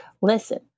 Listen